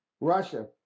Russia